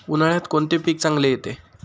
उन्हाळ्यात कोणते पीक चांगले येते?